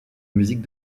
musique